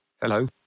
Hello